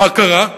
מה קרה?